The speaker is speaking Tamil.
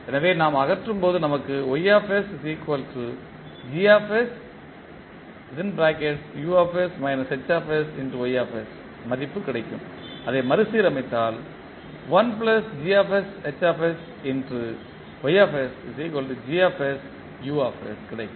எனவே நாம் அகற்றும்போது நமக்கு மதிப்பு கிடைக்கும் அதை மறு சீரமைத்தால் கிடைக்கும்